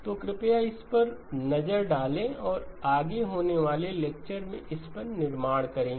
तो कृपया इस पर एक नज़र डालें और हम आगे होने वाले लेक्चर में इस पर निर्माण करेंगे